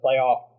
playoff